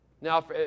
Now